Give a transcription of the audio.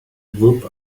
group